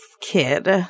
kid